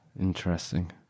Interesting